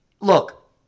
look